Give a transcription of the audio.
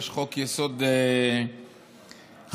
יש חוק-יסוד חסינות,